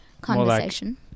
conversation